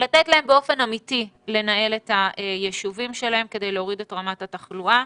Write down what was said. לתת להם באופן אמיתי לנהל את הישובים שלהם כדי להוריד את רמת התחלואה.